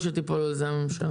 היא תופעה שלא מוגבלת לישראל.